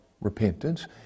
repentance